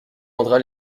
rendra